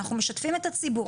אנחנו משתפים את הציבור,